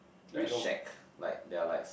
the shack like they're like